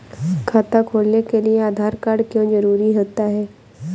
खाता खोलने के लिए आधार कार्ड क्यो जरूरी होता है?